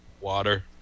Water